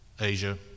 Asia